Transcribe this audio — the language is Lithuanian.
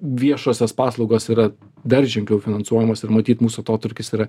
viešosios paslaugos yra dar ženkliau finansuojamos ir matyt mūsų atotrūkis yra